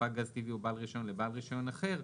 ספק גז טבעי או בעל רישיון לבעל רישיון אחר,